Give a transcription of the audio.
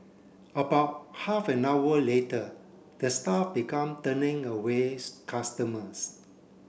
about half an hour later the staff began turning away customers